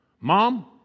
Mom